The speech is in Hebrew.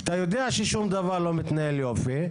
אתה יודע ששום דבר לא מתנהל יופי,